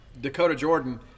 Dakota-Jordan